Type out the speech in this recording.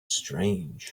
strange